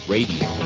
Radio